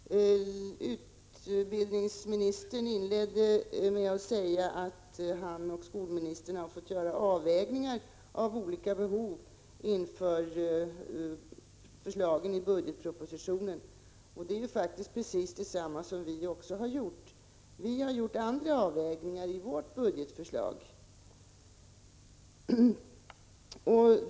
Herr talman! Utbildningsministern inledde med att säga att han och skolministern har fått göra avvägningar av olika behov inför förslagen i budgetpropositionen. Det är faktiskt precis detsamma som vi har gjort; vi har gjort andra avvägningar i vårt budgetförslag.